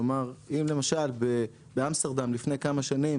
כלומר, אם למשל באמסטרדם לפני כמה שנים